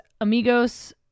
Amigos